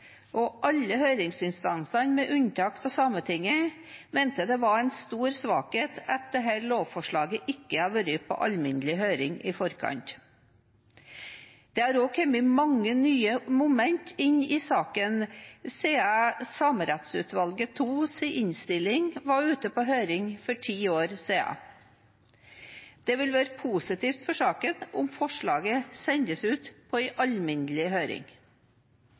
og alle høringsinstansene, med unntak av Sametinget, mente det var en stor svakhet at dette lovforslaget ikke har vært på alminnelig høring i forkant. Det har også kommet mange nye momenter inn i saken siden innstillingen fra Samerettsutvalget 2 var ute på høring for ti år siden. Det vil være positivt for saken om forslaget sendes ut på en alminnelig høring.